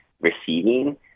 receiving